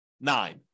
nine